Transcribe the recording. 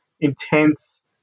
intense